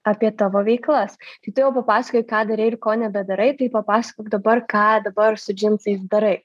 apie tavo veiklas tai tu jau papasakojai ką darei ir ko nebedarai tai papasakok dabar ką dabar su džinsais darai